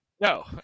no